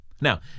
Now